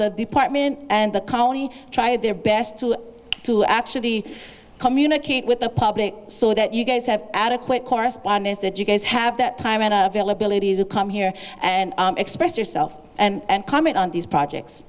the department and the county try their best to to actually communicate with the public so that you guys have adequate correspondence that you guys have that time an uphill ability to come here and express yourself and comment on these projects